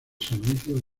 servicio